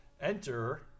Enter